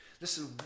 Listen